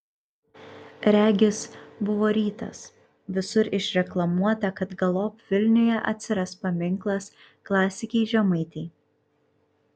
regis buvo rytas visur išreklamuota kad galop vilniuje atsiras paminklas klasikei žemaitei